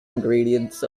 ingredients